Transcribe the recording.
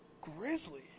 Grizzly